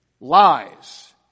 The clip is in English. lies